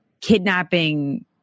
kidnapping